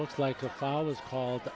looks like a father's call